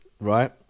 right